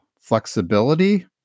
flexibility